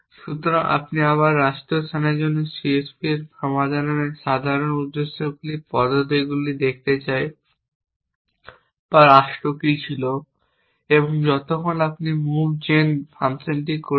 সুতরাং আবার আমরা রাষ্ট্রীয় স্থানের জন্য CSP এর সমাধানের সাধারণ উদ্দেশ্য পদ্ধতিগুলি দেখতে চাই বা রাষ্ট্রটি কী ছিল এবং যতক্ষণ আমরা মুভ জেন ফাংশন করেছি